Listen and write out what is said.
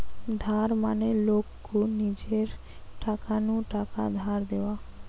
ধার মানে লোক কু নিজের টাকা নু টাকা ধার দেওয়া